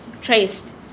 traced